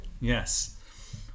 Yes